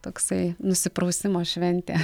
toksai nusiprausimo šventė